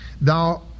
thou